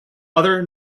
other